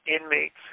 inmates